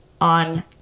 on